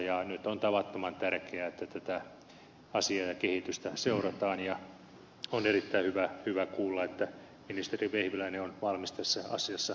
ja nyt on tavattoman tärkeää että tätä asiaa ja kehitystä seurataan ja on erittäin hyvä kuulla että ministeri vehviläinen on valmis tässä asiassa nopeastikin reagoimaan